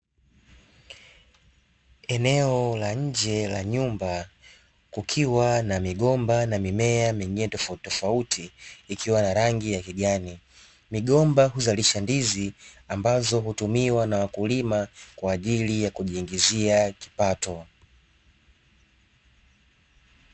Eneo la nje la nyumba kukiwa na migomba na mimea mingine tofautitofauti ikiwa na rangi ya kijani. Migomba huzalisha ndizi ambazo hutumiwa na wakulima kwa ajili ya kujiingizia kipato.